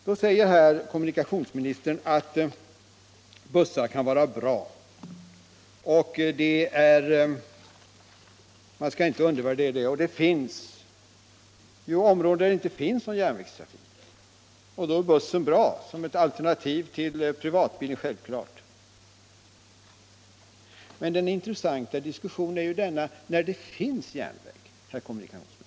Nu säger kommunikationsministern att bussar kan vara bra; man skall inte undervärdera dem. Och det finns ju områden som inte har någon järnvägstrafik. Då är bussen bra som ett alternativ till privatbilen. Det är självklart. Men den intressanta diskussionen är ju hur man skall göra där det finns järnväg, herr kommunikationsminister.